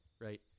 right